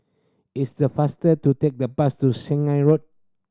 is the faster to take the bus to Shanghai Road